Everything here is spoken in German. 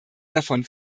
davon